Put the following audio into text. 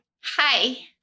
Hi